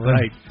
right